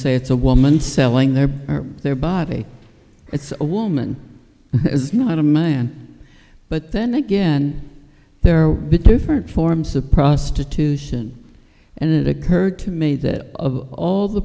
say it's a woman selling their their body it's a woman is not a man but then again there are different forms of prostitution and it occurred to me that of all the